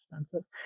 expensive